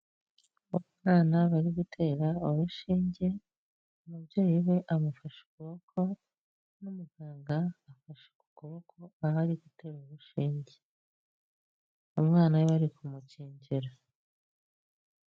Umwana bari gutera urushinge, umubyeyi we amufashe ukuboko n'umuganga afashe ku kuboko aho ari gutera urushinge, umwana we bari kumukingira.